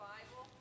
Bible